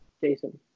Jason